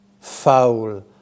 Foul